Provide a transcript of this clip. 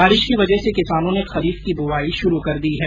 बारिश की वजह से किसानों ने खरीफ की बुवाई शुरू कर दी है